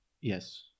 Yes